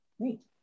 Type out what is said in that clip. Great